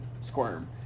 squirm